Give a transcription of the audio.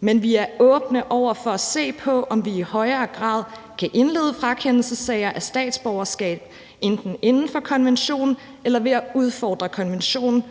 men vi er åbne over for at se på, om vi i højere grad kan indlede frakendelsessager af statsborgerskab enten inden for konventionen eller ved at udfordre konventionen,